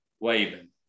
waving